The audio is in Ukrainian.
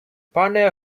пане